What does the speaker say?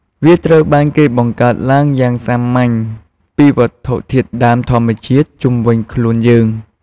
វាត្រូវបានគេបង្កើតឡើងយ៉ាងសាមញ្ញពីវត្ថុធាតុដើមធម្មជាតិជុំវិញខ្លួនយើង។